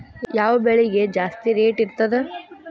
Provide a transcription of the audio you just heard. ಯಾವ ಬೆಳಿಗೆ ಜಾಸ್ತಿ ರೇಟ್ ಇರ್ತದ?